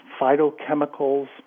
phytochemicals